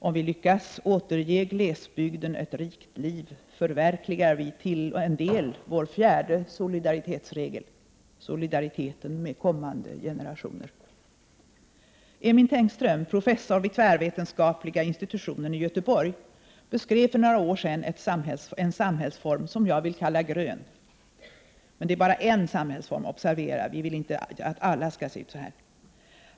Om vi lyckas återge glesbygden ett rikt liv, förverkligar vi till en del vår fjärde solidaritetsregel — solidariteten med kommande generationer. Emin Tengström, professor vid tvärvetenskapliga institutionen i Göteborg, beskrev för några år sedan en samhällsform som jag vill kalla grön — men det är bara en samhällsform, observera det; vi vill inte att alla skall se ut så här!